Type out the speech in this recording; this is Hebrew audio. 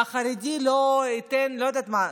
והחרדי לא ייתן לא יודעת מה,